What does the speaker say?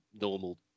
normal